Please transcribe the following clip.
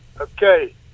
okay